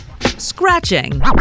Scratching